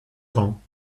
rangs